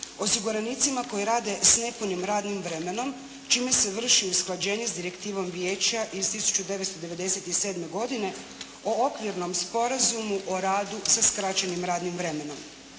osiguranicima koji rade s nepunim radnim vremenom čime se vrši usklađenje s Direktivom Vijeća iz 1997. godine o Okvirnom sporazumu o radu sa skraćenim radnim vremenom.